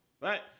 right